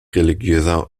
religiöser